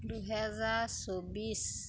দুহেজাৰ চৌবিছ